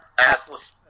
Assless